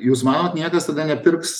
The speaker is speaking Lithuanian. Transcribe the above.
jūs manot niekas tada nepirks